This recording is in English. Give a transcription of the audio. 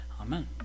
Amen